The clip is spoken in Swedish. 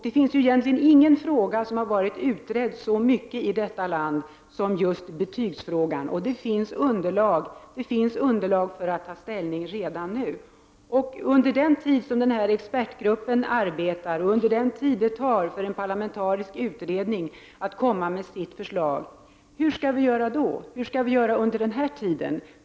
Det finns egentligen inte någon fråga som har utretts så mycket i detta land som just betygsfrågan, och det finns underlag för att ta ställning redan nu. Hur skall vi göra under den tid som expertgruppen arbetar och under den tid det tar för en parlamentarisk beredning att komma med sitt förslag?